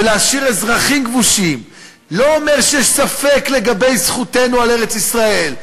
ולומר "אזרחים כבושים" לא אומר שיש ספק לגבי זכותנו על ארץ-ישראל,